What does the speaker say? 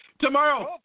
Tomorrow